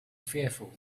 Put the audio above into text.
fearful